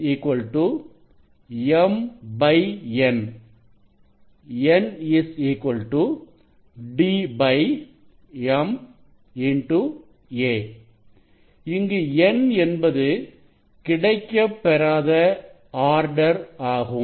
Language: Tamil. da mn n dma இங்கு n என்பது கிடைக்கப்பெறாத ஆர்டர் ஆகும்